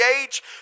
age